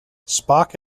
spock